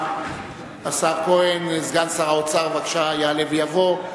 השר כהן, סגן שר האוצר, בבקשה יעלה ויבוא.